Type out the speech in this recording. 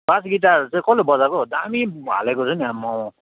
base guitar चाहिँ कसले बजाएको दामी हालेको छ नि आम्मो